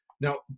Now